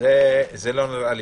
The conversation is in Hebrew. לא נראה לי